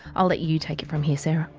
i'll let you take it from here, sarah.